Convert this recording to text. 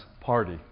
party